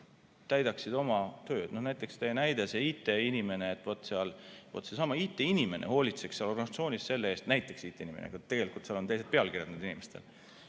teeksid oma tööd. Näiteks teie näide, see IT-inimene, et vaat seesama IT-inimene hoolitseb seal organisatsioonis selle eest – näiteks IT-inimene, tegelikult seal on teised pealkirjad nendel inimestel